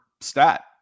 stat